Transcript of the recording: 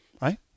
Right